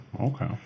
Okay